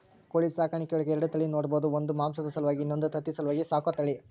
ಕೋಳಿ ಸಾಕಾಣಿಕೆಯೊಳಗ ಎರಡ ತಳಿ ನೋಡ್ಬಹುದು ಒಂದು ಮಾಂಸದ ಸಲುವಾಗಿ ಇನ್ನೊಂದು ತತ್ತಿ ಸಲುವಾಗಿ ಸಾಕೋ ತಳಿ